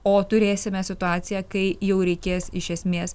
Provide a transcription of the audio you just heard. o turėsime situaciją kai jau reikės iš esmės